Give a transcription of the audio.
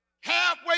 halfway